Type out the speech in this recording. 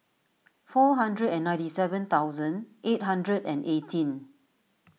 four hundred and ninety seven thousand eight hundred and eighteen